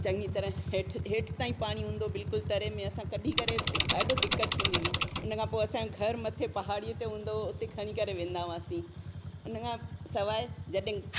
चङी तरह हेठि ताईं पाणी हूंदो हो बिल्कुलु तरे में असां कढी करे ॾाढी दिक़त थींदी हुई उन खां पोइ असां घरु मथे पहाड़ीअ ते हूंदो उते खणी करे वेंदा हुआसीं उन खां सवाइ जॾहिं